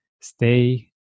stay